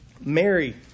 Mary